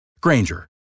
Granger